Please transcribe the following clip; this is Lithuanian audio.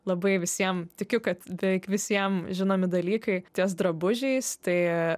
labai visiem tikiu kad beveik visiem žinomi dalykai ties drabužiais tai